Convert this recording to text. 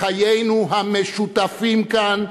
לחיינו המשותפים כאן,